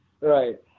Right